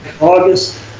August